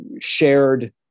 shared